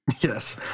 Yes